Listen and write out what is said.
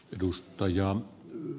edustaja